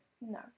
No